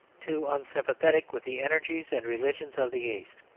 too unsympathetic with the energies and religions of the east.